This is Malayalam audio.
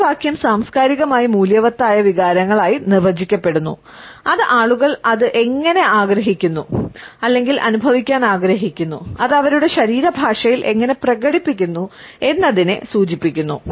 ഈ വാക്യം സാംസ്കാരികമായി മൂല്യവത്തായ വികാരങ്ങളായി നിർവചിക്കപ്പെടുന്നു അത് ആളുകൾ അത് എങ്ങനെ ആഗ്രഹിക്കുന്നു അല്ലെങ്കിൽ അനുഭവിക്കാൻ ആഗ്രഹിക്കുന്നു അത് അവരുടെ ശരീരഭാഷയിൽ എങ്ങനെ പ്രകടിപ്പിക്കുന്നു എന്നതിനെ സൂചിപ്പിക്കുന്നു